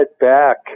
back